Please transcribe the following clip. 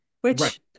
which-